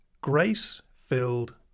grace-filled